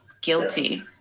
guilty